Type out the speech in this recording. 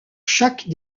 chaque